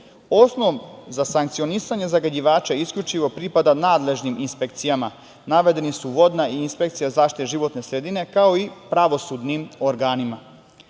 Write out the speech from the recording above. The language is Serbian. Osnov za sankcionisanje zagađivača isključivo pripada nadležnim inspekcijama, navedene su vodna i inspekcija zaštite sredine, kao i pravosudnim organima. Zakonom